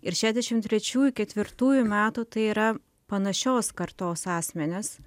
ir šešiasdešim trečiųjų ketvirtųjų metų tai yra panašios kartos asmenys